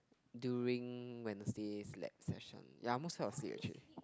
during Wednesday's lab session ya I almost fell asleep actually